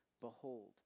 behold